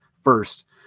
first